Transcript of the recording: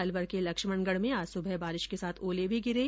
अलवर के लक्ष्मणगढ़ में आज सुबह बारिश के साथ आले भी गिरे